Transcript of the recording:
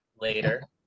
later